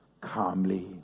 calmly